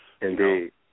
Indeed